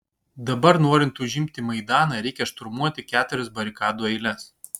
dabar norint užimti maidaną reikia šturmuoti keturias barikadų eiles